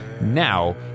now